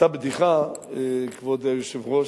היתה בדיחה, כבוד היושב-ראש,